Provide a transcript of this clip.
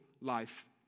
life